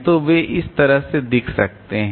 तो वे इस तरह दिख सकते हैं